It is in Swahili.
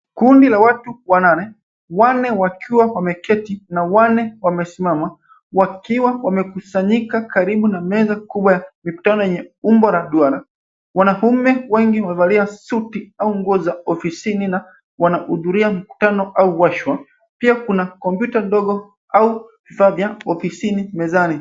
Kundi la watu wanane; wanne wakiwa wameketi na wanne wamesimama, wakiwa wamekusanyika karibu na meza kubwa ya mikutano yenye umbo la duara. Wanaume wengi wamevalia suti au nguo za ofisini na wanahudhuria mkutano au warsha pia kuna kompyuta ndogo au vifaa vya ofisini mezani.